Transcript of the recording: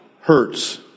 hurts